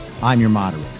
imyourmoderator